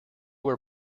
were